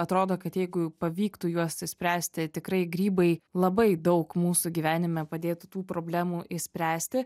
atrodo kad jeigu pavyktų juos išspręsti tikrai grybai labai daug mūsų gyvenime padėtų tų problemų išspręsti